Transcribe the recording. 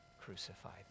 crucified